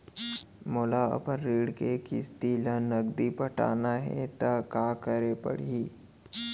मोला अपन ऋण के किसती ला नगदी पटाना हे ता का करे पड़ही?